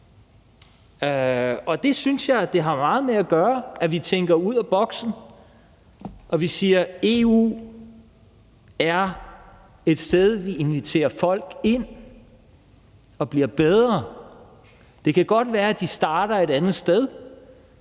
Jeg synes, det har meget med at gøre, at vi tænker ud af boksen, og at vi siger, at EU er et sted, vi inviterer folk ind, så de bliver bedre. Det kan godt være, at de starter et andet sted,